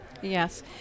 Yes